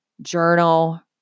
Journal